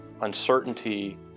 uncertainty